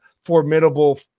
formidable